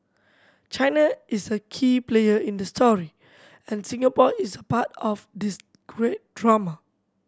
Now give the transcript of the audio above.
China is a key player in the story and Singapore is a part of this great drama